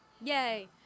Yay